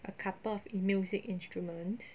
a couple of a music instruments